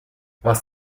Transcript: was